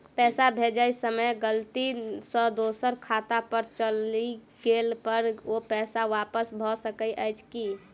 पैसा भेजय समय गलती सँ दोसर खाता पर चलि गेला पर ओ पैसा वापस भऽ सकैत अछि की?